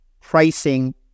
pricing